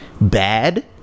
bad